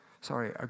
Sorry